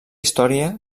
història